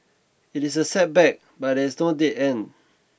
it is a setback but there is no dead end